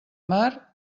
mar